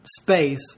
space